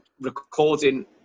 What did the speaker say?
recording